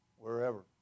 Wherever